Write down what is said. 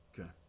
Okay